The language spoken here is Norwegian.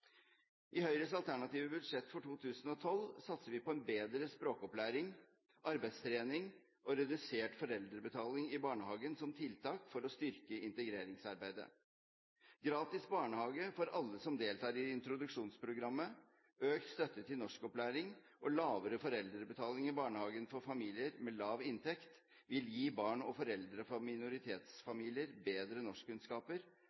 I Høyres alternative budsjett for 2012 satser vi på en bedre språkopplæring, arbeidstrening og redusert foreldrebetaling i barnehagen, som tiltak for å styrke integreringsarbeidet. Gratis barnehage for alle som deltar i introduksjonsprogrammet, økt støtte til norskopplæring og lavere foreldrebetaling i barnehagen for familier med lav inntekt vil gi barn og foreldre fra minoritetsfamilier bedre norskkunnskaper, og dermed bedre muligheter for